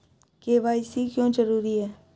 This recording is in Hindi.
के.वाई.सी क्यों जरूरी है?